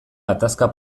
gatazka